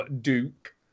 Duke